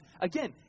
again